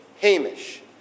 Hamish